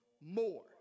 more